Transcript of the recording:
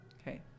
Okay